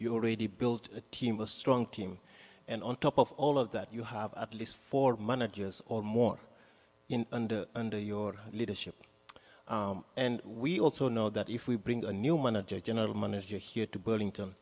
you already built a team a strong team and on top of all of that you have at least four monitors or more under under your leadership and we also know that if we bring a new manager general manager here to burlington